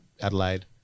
Adelaide